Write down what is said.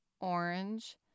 orange